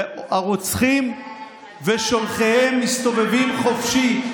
והרוצחים ושולחיהם מסתובבים חופשי.